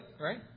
right